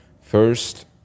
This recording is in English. First